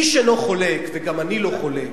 איש אינו חולק, וגם אני לא חולק,